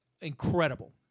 incredible